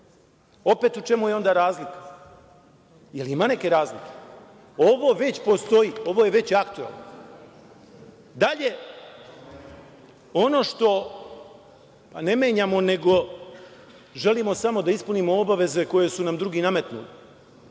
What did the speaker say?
Opet, u čemu je onda razlika, da li ima neke razlike? Ovo već postoji, ovo je već aktuelno. Dalje, ono što ne menjamo, nego želimo samo da ispunimo obaveze koje su nam drugi nametnuli,